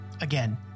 Again